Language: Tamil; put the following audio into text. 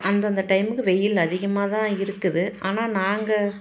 அந்தந்த டைமுக்கு வெயில் அதிகமாக தான் இருக்குது ஆனால் நாங்கள்